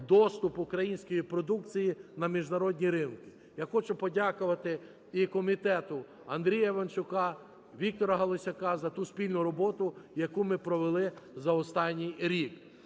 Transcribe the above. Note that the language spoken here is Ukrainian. доступ української продукції на міжнародні ринки. Я хочу подякувати і комітету Андрія Іванчука, Віктора Галасюка за ту спільну роботу, яку ми провели за останній рік.